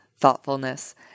thoughtfulness